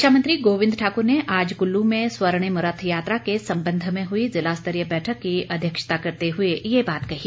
शिक्षा मंत्री गोविंद ठाकुर ने आज कुल्लू में स्वर्णिम रथ यात्रा के संबंध में हुई जिलास्तरीय बैठक की अध्यक्षता करते हुए ये बात कही